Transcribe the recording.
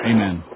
Amen